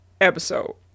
episode